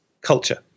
culture